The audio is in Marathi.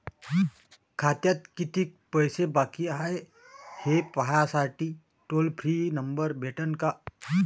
खात्यात कितीकं पैसे बाकी हाय, हे पाहासाठी टोल फ्री नंबर भेटन का?